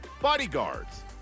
Bodyguards